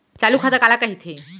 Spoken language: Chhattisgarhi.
चालू खाता काला कहिथे?